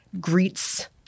greets